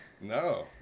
no